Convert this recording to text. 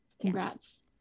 congrats